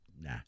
Nah